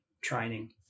training